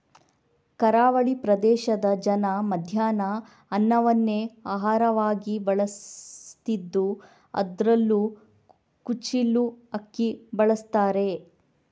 ಕರಾವಳಿ ಪ್ರದೇಶದ ಜನ ಮಧ್ಯಾಹ್ನ ಅನ್ನವನ್ನೇ ಆಹಾರವಾಗಿ ಬಳಸ್ತಿದ್ದು ಅದ್ರಲ್ಲೂ ಕುಚ್ಚಿಲು ಅಕ್ಕಿ ಬಳಸ್ತಾರೆ